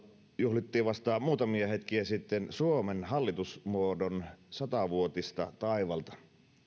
juhlittiin vasta muutamia hetkiä sitten suomen hallitusmuodon satavuotista taivalta